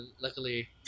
luckily